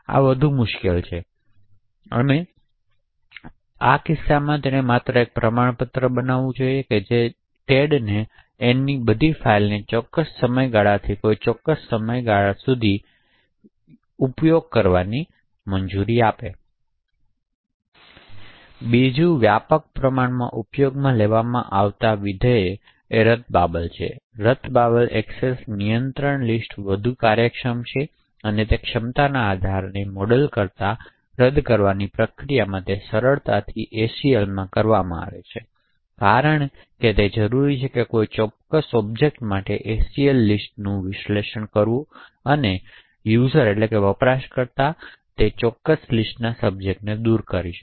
તેથી આ વધુ મુશ્કેલ છે અને માત્ર એક પ્રમાણપત્ર બનાવવું જે ટેડને એનની બધી ફાઇલોને ચોક્કસ સમયગાળાથી કોઈ ચોક્કસ સમયગાળા સુધી આકારણી કરવાની મંજૂરી આપે છે બીજી વ્યાપકપણે ઉપયોગમાં લેવામાં આવતી વિધેય રદબાતલ છે રદબાતલએક્સેસ નિયંત્રણ લિસ્ટ વધુ કાર્યક્ષમ છે ક્ષમતા આધાર મોડેલ કરતાં રદ કરવાની પ્રક્રિયામાં તે સરળતાથી ACL માં કરવામાં આવે છે કારણ કે તે જરૂરી છે તે કોઈ ચોક્કસ ઑબ્જેક્ટ માટે ACL લિસ્ટનું વિશ્લેષણ કરવું અને વપરાશકર્તા અથવા તે ચોક્કસ લિસ્ટના સબજેક્ટને દૂર કરવું